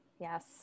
Yes